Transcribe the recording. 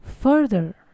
Further